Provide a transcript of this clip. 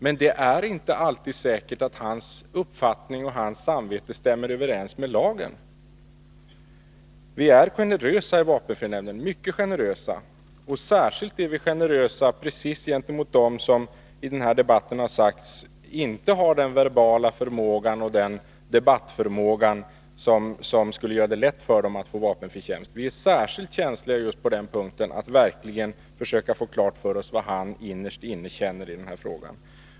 Men det är inte alldeles säkert att hans uppfattning och samvete stämmer överens med lagen. Vi är mycket generösa i vapenfrinämnden. Vi är särskilt generösa gentemot dem somi denna debatt sagts inte ha den verbala förmåga som skulle göra det lätt för dem att få vapenfri tjänst. Vi är särskilt lyhörda när det gäller att få klart för oss vad en sådan person innerst inne känner.